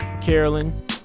Carolyn